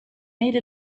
made